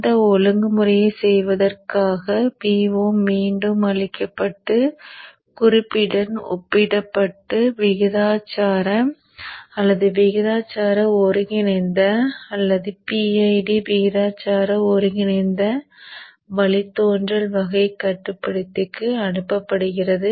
இந்த ஒழுங்குமுறையை செய்வதற்காக Vo மீண்டும் அளிக்கப்பட்டு குறிப்புடன் ஒப்பிடப்பட்டு விகிதாசார அல்லது விகிதாசார ஒருங்கிணைந்த அல்லது PID விகிதாசார ஒருங்கிணைந்த வழித்தோன்றல் வகை கட்டுப்படுத்திக்கு அனுப்பப்படுகிறது